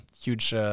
huge